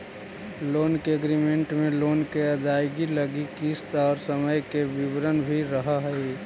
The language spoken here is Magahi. लोन एग्रीमेंट में लोन के अदायगी लगी किस्त और समय के विवरण भी रहऽ हई